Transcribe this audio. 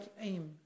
aim